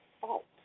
fault